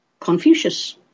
Confucius